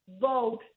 vote